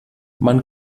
man